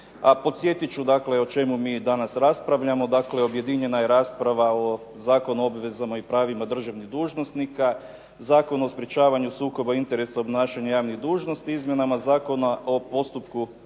podsjetiti ću dakle o čemu mi danas raspravljamo. Dakle objedinjena je rasprava o Zakonu o obvezama i pravima državnih dužnosnika, Zakon o sprečavanju sukoba interesa obnašanja javnih dužnosti, izmjenama Zakona o postupku